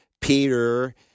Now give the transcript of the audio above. Peter